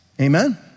Amen